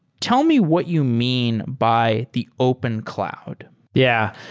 tell me what you mean by the open cloud yeah.